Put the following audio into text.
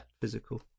physical